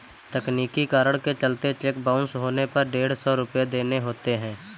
तकनीकी कारण के चलते चेक बाउंस होने पर डेढ़ सौ रुपये देने होते हैं